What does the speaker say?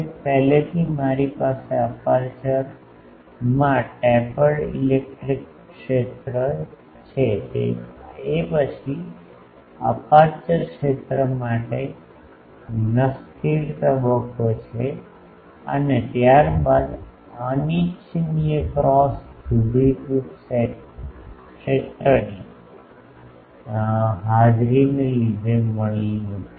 પહેલા મારી પાસે અપેર્ચર માં ટેપર્ડ ઇલેક્ટ્રિક ક્ષેત્ર છે પછી અપેર્ચર ક્ષેત્ર માટે ન સ્થિર તબક્કો છે અને ત્યારબાદ અનિચ્છનીય ક્રોસ ધ્રુવીકૃત ક્ષેત્રની હાજરીને લીધે મળેલું નુકસાન